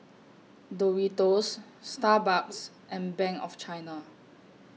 Doritos Starbucks and Bank of China